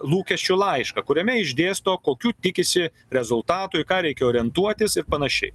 lūkesčių laišką kuriame išdėsto kokių tikisi rezultatų į ką reikia orientuotis ir panašiai